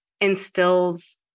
instills